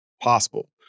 possible